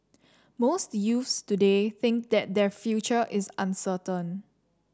most youths today think that their future is uncertain